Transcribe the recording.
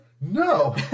No